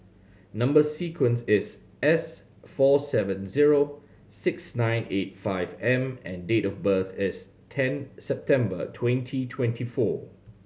number sequence is S four seven zero six nine eight five M and date of birth is ten September twenty twenty four